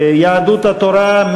יהדות התורה?